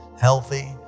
Healthy